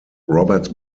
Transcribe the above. roberts